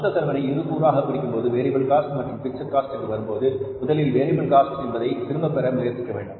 மொத்த செலவினை இரு கூறாகப் பிரிக்கும்போது வேரியபில் காஸ்ட் மற்றும் பிக்ஸட் காஸ்ட் என்று வரும்போது முதலில் வேரியபில் காஸ்ட் என்பதை திரும்ப பெற முயற்சிக்க வேண்டும்